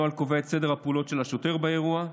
הנוהל קובע את סדר הפעולות של השוטר באירוע,